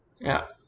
ya